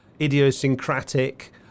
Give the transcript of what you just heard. idiosyncratic